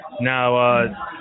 Now